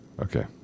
Okay